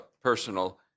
personal